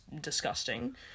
disgusting